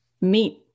meet